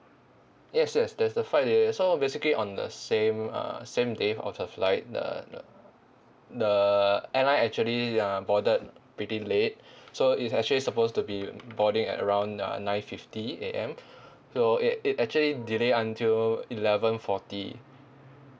yes yes there's a flight delay so basically on the same uh same day of the flight the the airline actually uh boarded pretty late so it's actually supposed to be boarding at around uh nine fifty A_M so it it actually delay until eleven forty